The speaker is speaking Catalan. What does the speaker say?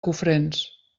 cofrents